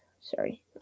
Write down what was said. Sorry